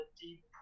deep